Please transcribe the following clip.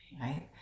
right